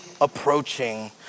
approaching